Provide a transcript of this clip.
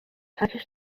packaged